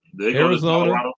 Arizona